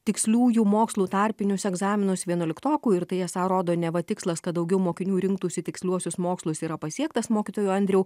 tiksliųjų mokslų tarpinius egzaminus vienuoliktokų ir tai esą rodo neva tikslas kad daugiau mokinių rinktųsi tiksliuosius mokslus yra pasiektas mokytojau andriau